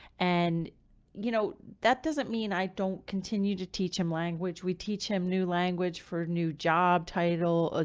and you know, that doesn't mean i don't continue to teach him language. we teach him new language for new job title, ah